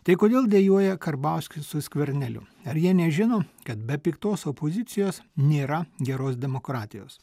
tai kodėl dejuoja karbauskis su skverneliu ar jie nežino kad be piktos opozicijos nėra geros demokratijos